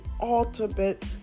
ultimate